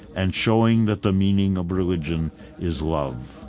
and showing that the meaning of religion is love.